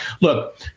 Look